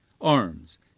Arms